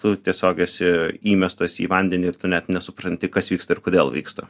tu tiesiog esi įmestas į vandenį ir tu net nesupranti kas vyksta ir kodėl vyksta